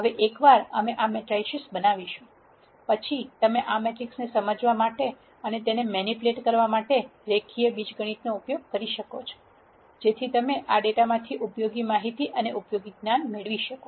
હવે એકવાર અમે આ મેટ્રિસીસ બનાવીશું પછી તમે આ મેટ્રિક્સને સમજવા અને તેની મેનીપ્યુલેટ કરવા માટે રેખીય બીજગણિત નો ઉપયોગ કરી શકો છો જેથી તમે આ ડેટામાંથી ઉપયોગી માહિતી અને ઉપયોગી જ્ઞાન મેળવી શકો